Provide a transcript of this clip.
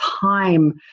time